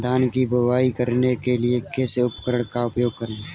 धान की बुवाई करने के लिए किस उपकरण का उपयोग करें?